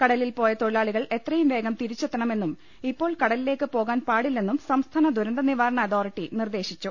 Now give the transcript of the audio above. കടലിൽ പോയ തൊഴിലാളികൾ എത്രയുംവേഗം തിരിച്ചെത്തണ മെന്നും ഇപ്പോൾ കടലിലേക്ക് പോകാൻ പാടില്ലെന്നും സംസ്ഥാന ദുരന്തനിവാരണ അതോറിറ്റി നിർദേശിച്ചു